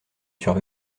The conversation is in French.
sur